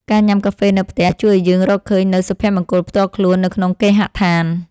ការញ៉ាំកាហ្វេនៅផ្ទះជួយឱ្យយើងរកឃើញនូវ សុភមង្គលផ្ទាល់ខ្លួននៅក្នុងគេហដ្ឋាន។